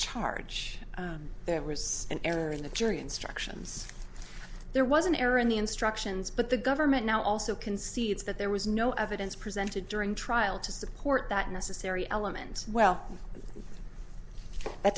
charge there was an error in the jury instructions there was an error in the instructions but the government now also concedes that there was no evidence presented during trial to support that necessary elements well that